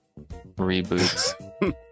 reboots